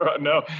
No